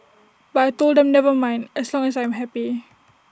but I Told them never mind as long as I am happy